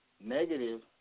negative